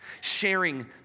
sharing